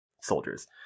soldiers